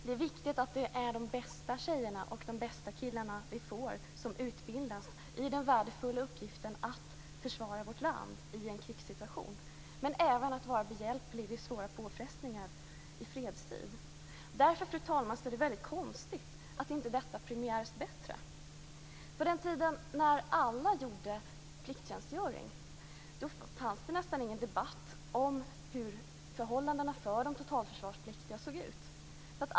Det är viktigt att det är de bästa tjejerna och killarna vi får som utbildas i den värdefulla uppgiften att försvara vårt land i en krigssituation men även att vara behjälpliga vid svåra påfrestningar i fredstid. Därför, fru talman, är det väldigt konstigt att inte detta premieras bättre. På den tiden då alla gjorde plikttjänstgöring fanns det nästan ingen debatt om hur förhållandena för de totalförsvarspliktiga såg ut.